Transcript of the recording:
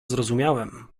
zrozumiałem